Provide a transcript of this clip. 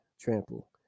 trample